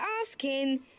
asking